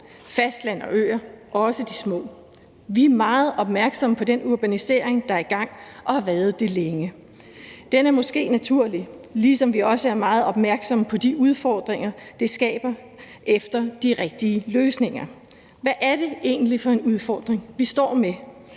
fastland og på øer, også de små. Vi er meget opmærksomme på den urbanisering, der er i gang og har været det længe. Den er måske naturlig. Og vi er også meget opmærksomme på de udfordringer, det skaber, også i forhold til de rigtige løsninger. Hvad er det egentlig for en udfordring, vi står med,